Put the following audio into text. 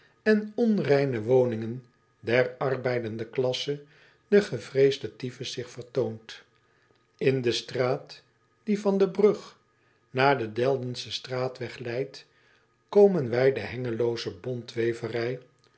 en onreine woningen der arbeidende klasse de gevreesde typhus zich vertoont n de straat die van de brug naar den eldenschen straatweg leidt komen wij de e